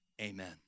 amen